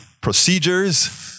procedures